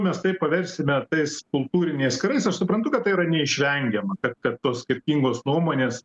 mes tai paversime tais kultūriniais karais aš suprantu kad tai yra neišvengiama kad tos skirtingos nuomonės